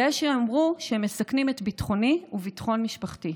ויש שיאמרו שהם מסכנים את ביטחוני וביטחון משפחתי.